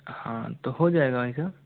हाँ तो हो जायेगा भाई साहब